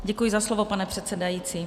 Děkuji za slovo, pane předsedající.